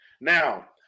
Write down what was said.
Now